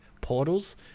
portals